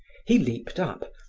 he leaped up,